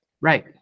Right